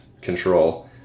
control